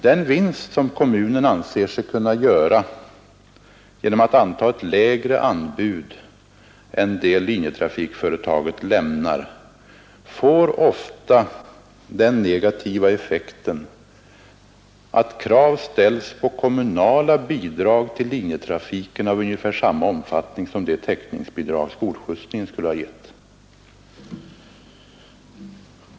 Den vinst som kommunen anser sig kunna göra genom att anta ett lägre anbud än det som linjetrafikföretaget lämnar uppvägs ofta av den negativa effekten av att krav ställs på kommunala bidrag till linjetrafiken Nr 146 av ungefär samma omfattning som det iokningsoldrag skolskjutsningen Måndagen den skulle ha givit.